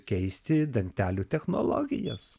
keisti dantelių technologijas